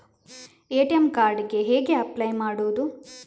ATM card ಗೆ ಹೇಗೆ apply ಮಾಡುವುದು?